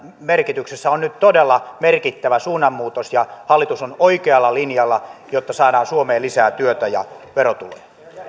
merkityksessä on nyt todella merkittävä suunnanmuutos ja hallitus on oikealla linjalla jotta saadaan suomeen lisää työtä ja verotuloja